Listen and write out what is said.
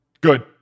good